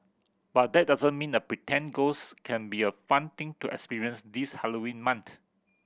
but that doesn't mean a pretend ghost can't be a fun thing to experience this Halloween month